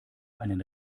einen